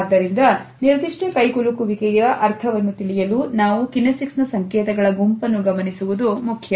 ಆದ್ದರಿಂದ ನಿರ್ದಿಷ್ಟ ಕೈಗೊಳ್ಳುವಿಕೆಯ ಅರ್ಥವನ್ನು ತಿಳಿಯಲು ನಾವು ಕೆನೆಸಿಕ್ಸ್ ನ ಸಂಕೇತಗಳ ಗುಂಪನ್ನು ಗಮನಿಸುವುದು ಮುಖ್ಯ